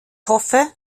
hoffe